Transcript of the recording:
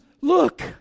look